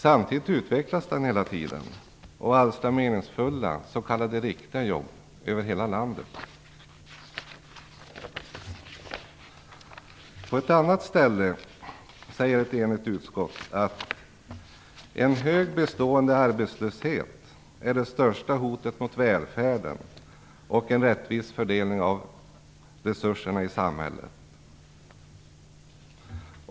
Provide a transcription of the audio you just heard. Samtidigt utvecklas sjukvården hela tiden och ger ganska meningsfulla s.k. riktiga jobb i hela landet. På ett ställe i betänkandet säger ett enigt utskott att en hög bestående arbetslöshet är det största hotet mot välfärden och en rättvis fördelning av resurserna i samhället.